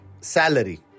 salary